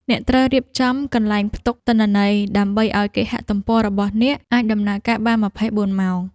អ្នកត្រូវរៀបចំកន្លែងផ្ទុកទិន្នន័យ ដើម្បីឱ្យគេហទំព័ររបស់អ្នកអាចដំណើរការបាន ២៤ ម៉ោង។